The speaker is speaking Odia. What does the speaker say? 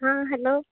ହଁ ହେଲୋ